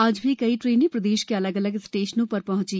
आज भी कई ट्रेनें प्रदेश के अलग अलग स्टेशनों पर पहुंची